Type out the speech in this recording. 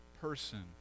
person